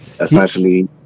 essentially